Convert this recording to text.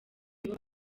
nibo